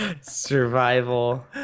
Survival